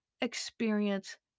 experience